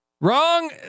Wrong